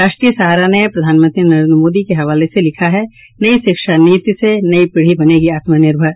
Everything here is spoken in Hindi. राष्ट्रीय सहारा ने प्रधानमंत्री नरेंद्र मोदी के हवाले से लिखा है नई शिक्षा नीति से नई पीढ़ी बनेगी आत्मनिर्भर